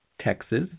Texas